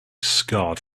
scarred